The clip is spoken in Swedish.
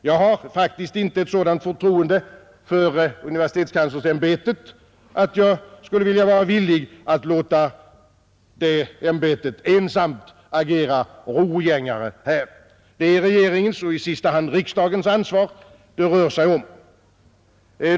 Jag har faktiskt inte ett sådant förtroende för universitetskanslersämbetet att jag skulle vara villig att låta det ämbetet ensamt agera rorgängare här. Det är regeringens och i sista hand riksdagens ansvar det rör sig om.